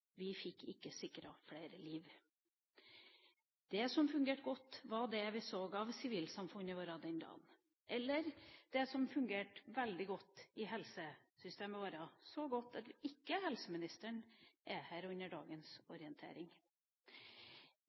Vi fikk ikke sikret flere liv. Det som fungerte godt, var det vi så av sivilsamfunnet vårt den dagen, eller, det som fungerte veldig godt i helsesystemet vårt – så godt at ikke helseministeren er her under dagens orientering.